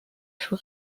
für